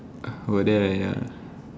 about there lah ya lah